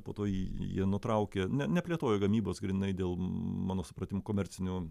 po to jie nutraukė ne neplėtojo gamybos grynai dėl mano supratimu komercinių